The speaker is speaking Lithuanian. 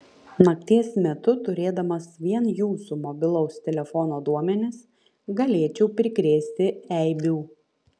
nakties metu turėdamas vien jūsų mobilaus telefono duomenis galėčiau prikrėsti eibių